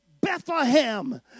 Bethlehem